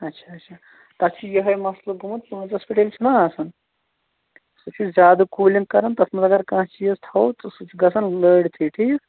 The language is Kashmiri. اَچھا اَچھا تَتھ چھُ یِہَے مَسلہٕ گوٚمُت پٲنٛژَس پٮ۪ٹھ ییٚلہِ چھُنا آسان سُہ چھُ زیادٕ کوٗلِنٛگ کَران تَتھ منٛز اگر کانٛہہ چیٖز تھاوو تہٕ سُہ چھُ گژھان لٲرتھٕے ٹھیٖک